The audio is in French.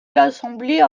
l’assemblée